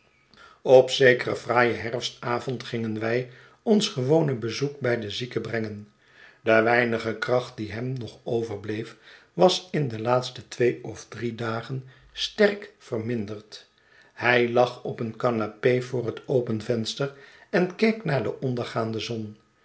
op zekeren fraaien herfstavond gingen wij ons gewone bezoek bij den zieke brengen de weinige kracht die hem nog overbleef was in de laatste twee of drie dagen sterk verminderd hij lag op een canape voor het open venster en keek naar de ondergaande zon